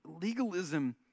legalism